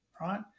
right